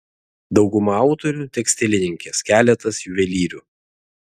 dauguma autorių tekstilininkės keletas juvelyrių